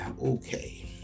Okay